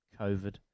covid